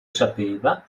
sapeva